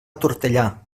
tortellà